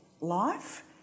life